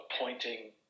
appointing